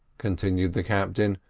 continued the captain,